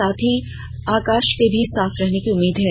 साथ ही आकाश के भी साफ रहने की उम्मीद है